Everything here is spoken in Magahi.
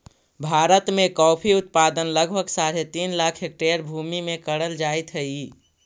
भारत में कॉफी उत्पादन लगभग साढ़े तीन लाख हेक्टेयर भूमि में करल जाइत हई